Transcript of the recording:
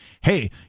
Hey